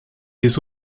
des